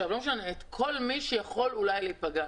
את כל מי שיכול אולי להיפגע.